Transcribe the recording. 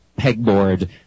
pegboard